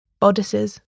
Bodices